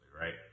right